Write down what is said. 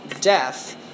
Death